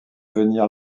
venir